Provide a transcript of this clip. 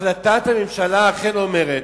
החלטת הממשלה אכן אומרת,